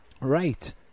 Right